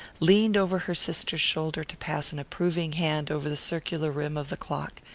leaned over her sister's shoulder to pass an approving hand over the circular rim of the clock.